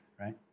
right